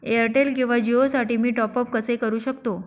Airtel किंवा जिओसाठी मी टॉप ॲप कसे करु शकतो?